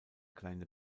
kleine